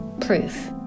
proof